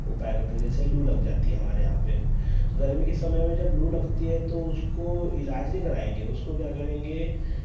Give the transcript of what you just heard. उपाय करते हैं जैसे लू लग जाती है हमारे यहाँ पर गर्मी के समय में जब लू लगती है तो उसको इलाज नहीं कराएँगे उसको क्या करेंगे